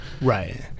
Right